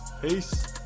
peace